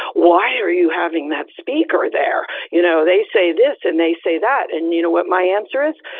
why are you having that speaker there? you know, they say this and they say that, and you know what my answer is?